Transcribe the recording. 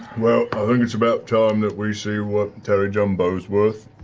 well, i think it's about time that we see what tary jumbo's worth.